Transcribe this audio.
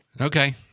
Okay